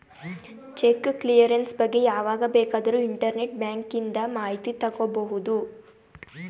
check clearance ಬಗ್ಗೆ ಯಾವಾಗ ಬೇಕಾದರೂ ಇಂಟರ್ನೆಟ್ ಬ್ಯಾಂಕಿಂದ ಮಾಹಿತಿ ತಗೋಬಹುದು